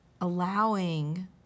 Allowing